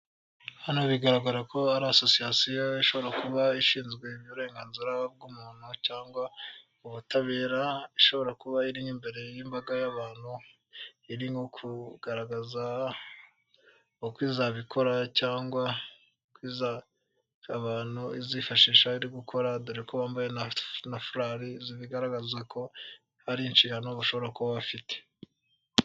Hano bigaragara ko ari asosiyasiyo ishobora kuba ishinzwe uburenganzira bw'umuntu cyangwa ubutabera ishobora kuba iri nk'imbere y'imbaga y'abantu iri nko kugaragaza uko izabikora cyangwa abantu izifashisha iri gukora dore ko wambaye na furari zibigaragaza ko hari inshingano bashobora kuba bafite.